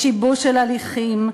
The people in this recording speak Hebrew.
לשיבוש של הליכים,